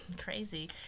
Crazy